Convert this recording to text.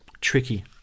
tricky